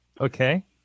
Okay